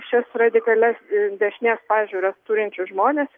šias radikalias dešinės pažiūras turinčius žmones